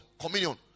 communion